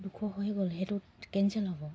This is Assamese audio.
দুশ হৈয়ে গ'ল সেইটোত কেনঞ্চেল হ'ব